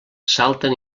salten